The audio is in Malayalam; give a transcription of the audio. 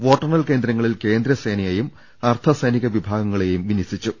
വോട്ടെണ്ണൽ കേന്ദ്രങ്ങളിൽ കേന്ദ്രസേനയെയും അർദ്ധ സൈനിക വിഭാഗങ്ങളെയും വിന്യസിച്ചു